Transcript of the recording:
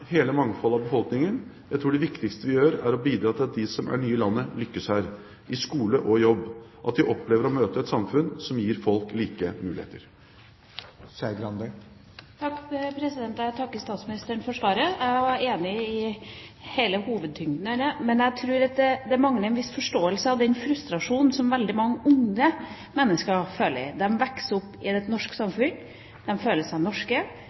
hele mangfoldet av befolkningen. Jeg tror det viktigste vi gjør, er å bidra til at de som er nye i landet, lykkes her – i skole og i jobb – og at de opplever å møte et samfunn som gir folk like muligheter. Jeg takker statsministeren for svaret, og jeg er enig i hovedtyngden i det. Men jeg tror det mangler en viss forståelse for den frustrasjonen som veldig mange unge mennesker føler. De vokser opp i et norsk samfunn, de føler seg norske,